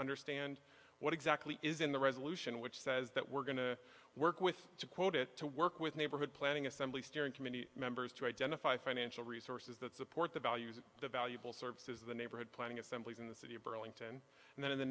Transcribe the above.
understand what exactly is in the resolution which says that we're going to work with to quote it to work with neighborhood planning assembly steering committee members to identify financial resources that support the values of the valuable services the neighborhood planning assemblies in the city of burlington and then in the